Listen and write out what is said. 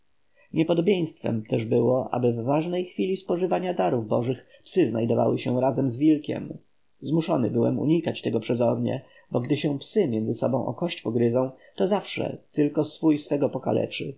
niepodobieństwem też było aby w ważnej chwili spożywania darów bożych psy znajdowały się razem z wilkiem zmuszony byłem unikać tego przezornie bo gdy się psy między sobą o kość pogryzą to zawsze tylko swój swego pokaleczy